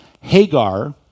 Hagar